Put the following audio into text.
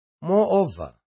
Moreover